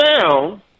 down